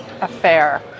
Affair